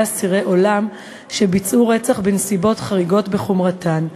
אסירי עולם שביצעו רצח בנסיבות חריגות בחומרתן.